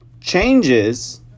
changes